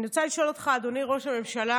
אני רוצה לשאול אותך, אדוני ראש הממשלה,